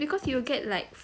because you get like